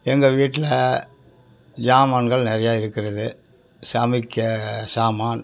எங்கள் வீட்டில் சாமான்கள் நிறையா இருக்கிறது சமைக்க சாமான்